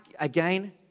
again